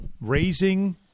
Raising